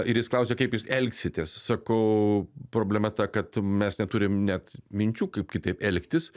ir jis klausia kaip jūs elgsitės sakau problema ta kad mes neturim net minčių kaip kitaip elgtis